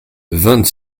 vingt